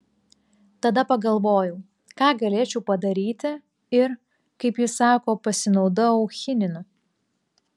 tada pagalvojau ką galėčiau padaryti ir kaip ji sako pasinaudojau chininu